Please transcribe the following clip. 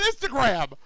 Instagram